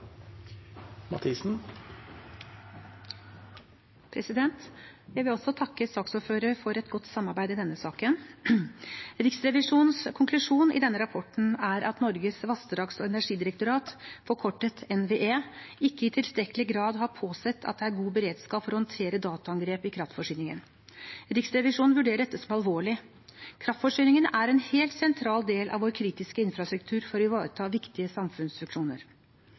Jeg vil takke saksordføreren for et godt samarbeid i denne saken. Riksrevisjonens konklusjon i denne rapporten er at Norges vassdrags- og energidirektorat, forkortet NVE, ikke i tilstrekkelig grad har påsett at det er god beredskap for å håndtere dataangrep i kraftforsyningen. Riksrevisjonen vurderer dette som alvorlig. Kraftforsyningen er en helt sentral del av vår kritiske infrastruktur for å ivareta viktige samfunnsfunksjoner.